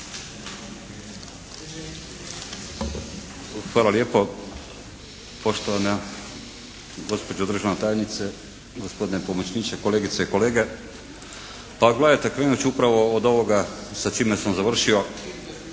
Hvala lijepo. Poštovana gospođo državna tajnice, gospodine pomoćniče, kolegice i kolege. Pa gledajte krenut ću upravo od ovoga sa čime sam završio.